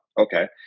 okay